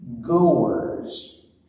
goers